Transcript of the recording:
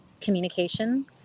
communication